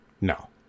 No